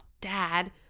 dad